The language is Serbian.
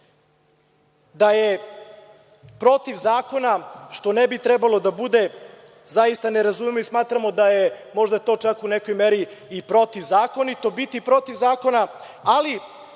da je protiv zakona, što ne bi trebalo da bude, zaista ne razumem i smatramo da je možda to čak u nekoj meri i protivzakonito biti protiv zakona, ali